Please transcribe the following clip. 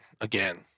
again